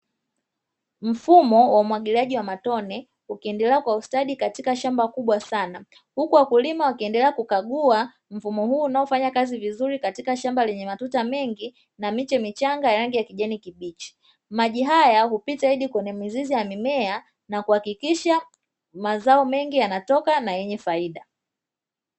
Mfumo wa umwagiliaji wa matone ukiendelea kwa ustadi katika shamba kubwa sana, huku wakulima wakiendelea kukagua mfumo huu unaofanya kazi vizuri katika shamba lenye matuta mengi na miche michanga ya rangi ya kijani kibichi, maji haya hupita hadi kwenye mizizi ya mimea na kuhakikisha mazao mengi yanatoka na yenye faida.